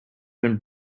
been